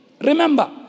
Remember